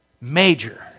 major